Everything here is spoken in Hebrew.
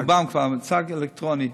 ברובם כבר צג אלקטרוני,